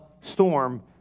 storm